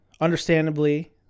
Understandably